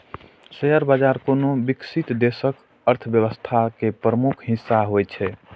share बाजार कोनो विकसित देशक अर्थव्यवस्था के प्रमुख हिस्सा होइ छै